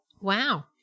Wow